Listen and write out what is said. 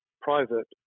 private